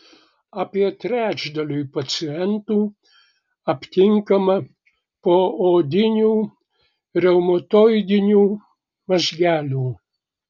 apie trečdaliui pacientų aptinkama poodinių reumatoidinių mazgelių